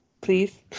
please